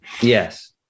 Yes